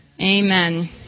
Amen